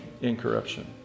Incorruption